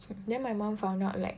then my mom found out like